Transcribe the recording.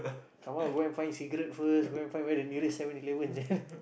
someone will go find a cigarette first go and find where the nearest Seven-Eleven sia